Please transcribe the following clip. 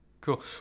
Cool